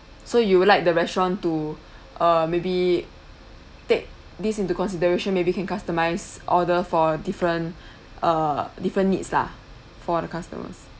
so you would like the restaurant to uh maybe take this into consideration maybe can customise order for different uh different needs lah for the customers